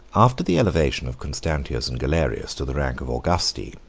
after the elevation of constantius and galerius to the rank of augusti,